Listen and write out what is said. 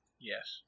Yes